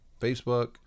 Facebook